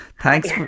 Thanks